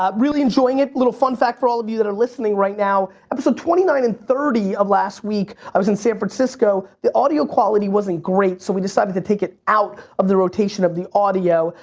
um really enjoying it. little fun fact for all of you that are listening right now. episode twenty nine and thirty of last week, i was in san francisco, the audio quality wasn't great so we decided to take it out of the rotation of the audio.